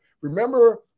Remember